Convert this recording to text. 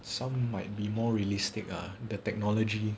some might be more realistic ah the technology